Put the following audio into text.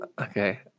Okay